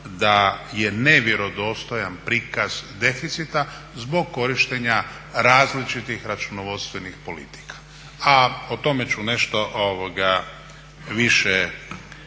da je nevjerodostojan prikaz deficita zbog korištenja različitih računovodstvenih politika. A o tome ću nešto više